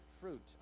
fruit